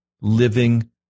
living